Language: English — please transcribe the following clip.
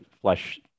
flesh